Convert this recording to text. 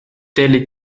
telles